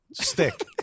Stick